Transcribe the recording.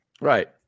Right